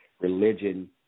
religion